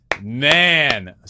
Man